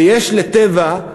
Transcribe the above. ויש ל"טבע"